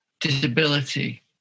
disability